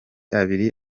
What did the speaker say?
abiri